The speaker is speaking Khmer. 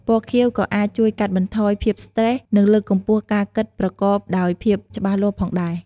ពណ៌ខៀវក៏អាចជួយកាត់បន្ថយភាពស្ត្រេស និងលើកកម្ពស់ការគិតប្រកបដោយភាពច្បាស់លាស់ផងដែរ។